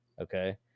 okay